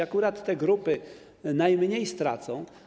Akurat te grupy najmniej stracą.